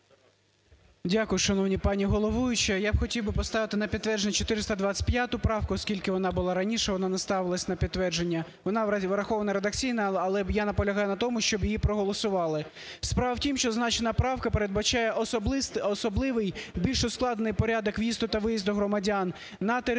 Дякую, шановна пані головуюча! Я б хотів би поставити на підтвердження 425 правку, оскільки вона була раніше, вона не ставилася на підтвердження. Вона врахована редакційно, але я наполягаю на тому, щоб її проголосували. Справа в тім, що зазначена правка передбачає особливий, більш ускладнений порядок в'їзду та виїзду громадян на територію